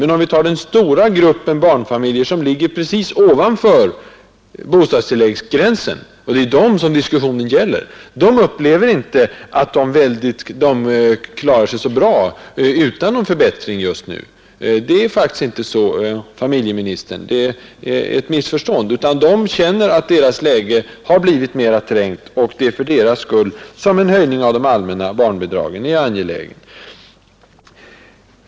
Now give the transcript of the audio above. Men den stora gruppen barnfamiljer som ligger precis ovanför bostadstilläggsgränsen — och det är ju dem diskussionen gäller — upplever inte situationen så att de klarar sig väldigt bra utan någon förbättring just nu. De känner att deras läge har blivit mera trängt, och det är för deras skull som en höjning av de allmänna barnbidragen är angelägen.